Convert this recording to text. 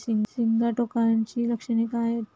सिगाटोकाची लक्षणे काय आहेत?